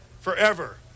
forever